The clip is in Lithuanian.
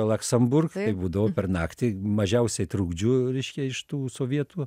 laksamburg tai būdavo per naktį mažiausiai trukdžių reiškia iš tų sovietų